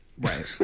right